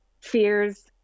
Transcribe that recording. fears